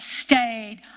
stayed